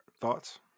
Thoughts